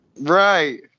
right